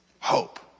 Hope